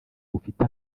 bufite